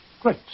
Great